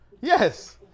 Yes